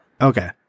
Okay